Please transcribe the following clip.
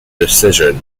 decision